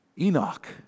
Enoch